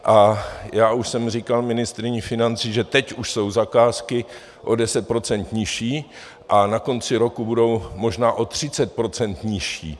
A já už jsem říkal ministryni financí, že teď už jsou zakázky o 10 % nižší a na konci roku budou možná o 30 % nižší.